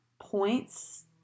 points